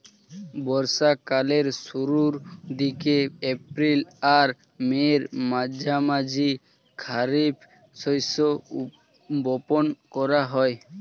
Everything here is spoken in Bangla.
বর্ষা কালের শুরুর দিকে, এপ্রিল আর মের মাঝামাঝি খারিফ শস্য বপন করা হয়